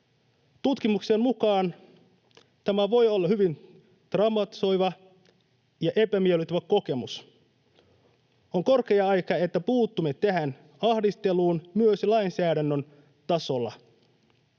Tutkimuksen mukaan tämä voi olla hyvin traumatisoiva ja epämiellyttävä kokemus. On korkea aika, että puutumme tähän ahdisteluun myös lainsäädännön tasolla.